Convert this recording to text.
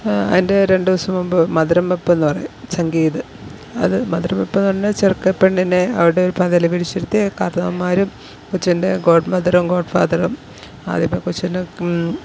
അതിൻ്റെ രണ്ടു ദിവസം മുൻപ് മധുരം വെയ്പ്പെന്നു പറയും സംഗീത് അത് മധുരം വെപ്പ് തന്നെ ചെറുക്കൻ പെണ്ണിനെ അവിടെ പകൽ പിടിച്ചിരുത്തി കാർന്നവന്മാരും കൊച്ചിൻ്റെ ഗോഡ് മദറും ഗോഡ് ഫാദറും ആദ്യമേ കൊച്ചിന്